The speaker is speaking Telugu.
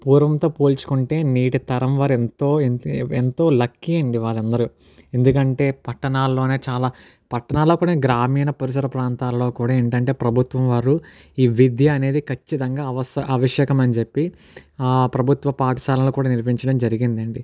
పూర్వంతో పోల్చుకుంటే నేటి తరం వారు ఎంతో ఎన్ ఎంతో లక్కీ అండీ వాళ్ళ అందరు ఎందుకంటే పట్టణాల్లోనే చాలా పట్టణాల్లో కూడా గ్రామీణ పరిసర ప్రాంతాల్లో కూడా ఏంటంటే ప్రభుత్వం వారు ఈ విద్య అనేది ఖచ్చితంగా అవస అవశ్యకం అని చెప్పి ప్రభుత్వ పాఠశాలను కూడా నిర్మించడం జరిగిందండి